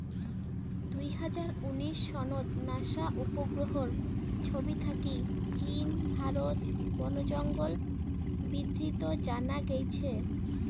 দুই হাজার উনিশ সনত নাসা উপগ্রহর ছবি থাকি চীন, ভারত বনজঙ্গল বিদ্ধিত জানা গেইছে